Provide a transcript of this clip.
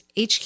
HQ